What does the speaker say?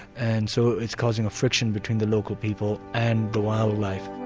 and so it's causing a friction between the local people and the wildlife.